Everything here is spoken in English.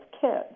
kids